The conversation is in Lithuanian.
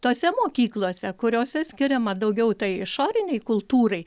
tose mokyklose kuriose skiriama daugiau tai išorinei kultūrai